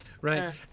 Right